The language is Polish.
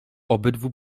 obydwu